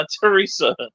Teresa